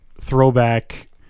throwback